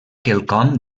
quelcom